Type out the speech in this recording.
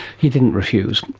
he didn't refuse.